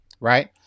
right